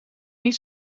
niet